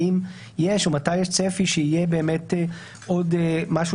האם יש או מתי יש צפי שיהיה באמת עוד משהו